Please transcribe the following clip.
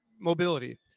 mobility